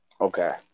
Okay